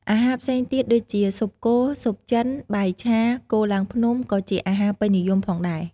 អាហារផ្សេងទៀតដូចជា ស៊ុបគោ ស៊ុបចិន បាយឆា គោឡើងភ្នំ ក៏ជាអាហារពេញនិយមផងដែរ។